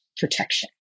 protection